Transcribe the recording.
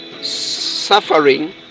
suffering